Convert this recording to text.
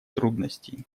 трудностей